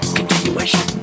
continuation